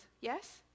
Yes